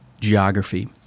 geography